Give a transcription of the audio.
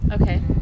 okay